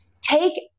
Take